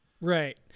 Right